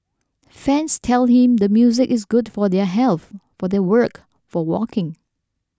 fans tell him the music is good for their health for their work for walking